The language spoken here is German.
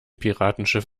piratenschiff